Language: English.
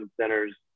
centers